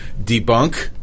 debunk